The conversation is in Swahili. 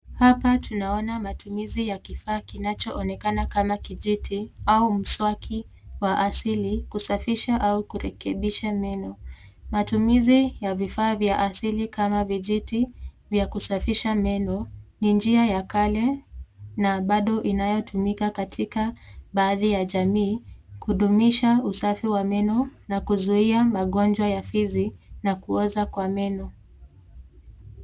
Hapa tunaona matumizi ya kifaa kinachoonekana kama kijiti au mswaki wa asili kusafisha au kurekebisha meno. Matumizi ya vifaa vya asili kama vijiti vya kusafisha meno ni njia ya kale na bado inayotumika katika baadhi ya jamii kudumisha usafi wa meno na kuzuia magonjwa ya fizi na kuoza kwa meno